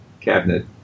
cabinet